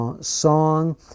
song